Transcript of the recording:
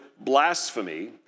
blasphemy